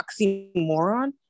oxymoron